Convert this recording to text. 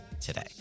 today